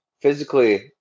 physically